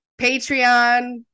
Patreon